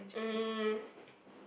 um